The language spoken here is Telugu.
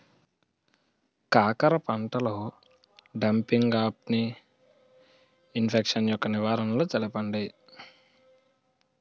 కాకర పంటలో డంపింగ్ఆఫ్ని ఇన్ఫెక్షన్ యెక్క నివారణలు తెలపండి?